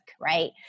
right